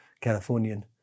Californian